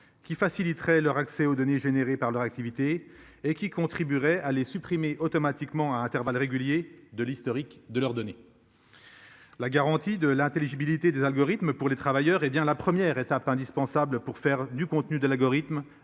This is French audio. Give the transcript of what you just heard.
qui faciliterait leur accès aux données générées par leur activité et qui contribuerait à les supprimer automatiquement à intervalles réguliers de l'historique de leur donner. La garantie de l'intelligibilité des algorithmes pour les travailleurs hé bien la première étape indispensable pour faire du contenu de la gauche